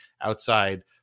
outside